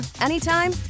anytime